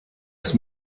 ist